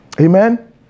Amen